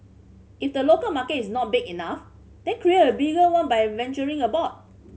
if the local market is not big enough then create a bigger one by venturing abroad